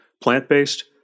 plant-based